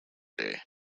day